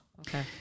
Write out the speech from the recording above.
Okay